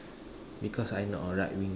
because I not a right winger